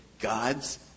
God's